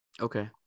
Okay